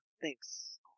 Thanks